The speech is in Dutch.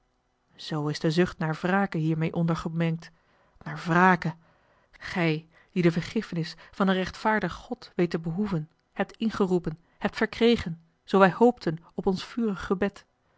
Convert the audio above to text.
zoo is de zucht naar wrake hiermeê onder gemengd naar wrake gij die de vergiffenis van een rechtvaardig god weet te behoeven hebt ingeroepen hebt verkregen zoo wij hoopten op ons vurig gebed